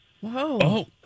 Whoa